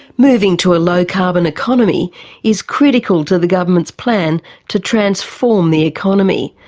moving to a low-carbon economy is critical to the government's plan to transform the economy,